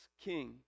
king